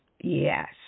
Yes